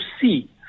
see